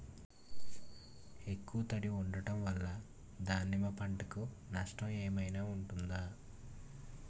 ఎక్కువ తడి ఉండడం వల్ల దానిమ్మ పంట కి నష్టం ఏమైనా ఉంటుందా?